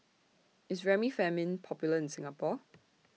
IS Remifemin Popular in Singapore